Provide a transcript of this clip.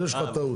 יש לך טעות.